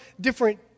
different